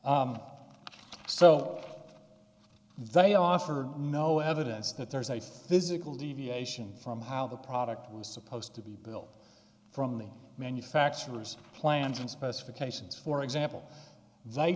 im so they offered no evidence that there's a physical deviation from how the product was supposed to be built from the manufacturer's plans and specifications for example they